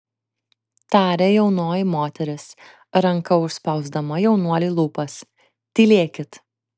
tarė jaunoji moteris ranka užspausdama jaunuoliui lūpas tylėkit